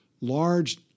large